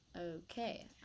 Okay